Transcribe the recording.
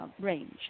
range